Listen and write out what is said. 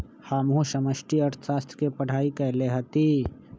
हमहु समष्टि अर्थशास्त्र के पढ़ाई कएले हति